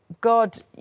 God